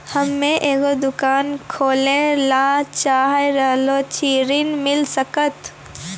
हम्मे एगो दुकान खोले ला चाही रहल छी ऋण मिल सकत?